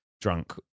drunk